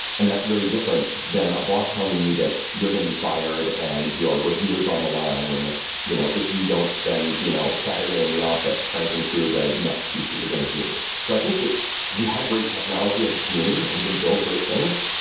and that's very different than a boss telling you that you're going to be fired and your review is on the line you know if you don't spend you know saturday in the office cranking through the next piece that you're going to do. so i think that we have great technology as a community. and we can build great things,